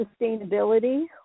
sustainability